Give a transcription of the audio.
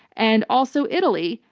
and also italy.